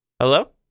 Hello